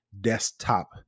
desktop